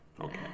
okay